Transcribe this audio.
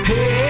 Hey